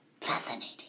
Fascinating